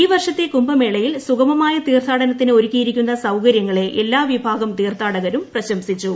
ഈ വർഷത്തെ കുംഭമേളയിൽ സുഗമമായ തീർത്ഥാടനത്തിന് സൌകര്യങ്ങളെ എല്ലാ വിഭാഗം തീർത്ഥാടകരും പ്രശംസിച്ചു